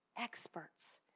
experts